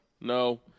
no